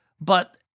but-